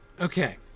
okay